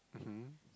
mmhmm